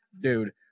dude